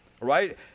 right